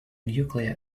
nuclear